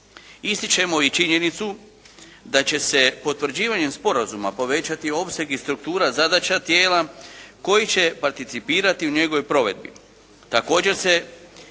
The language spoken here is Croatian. Ističemo i činjenicu da će se potvrđivanjem sporazuma povećati opseg i struktura zadaća tijela koji će participirati u njegovoj provedbi.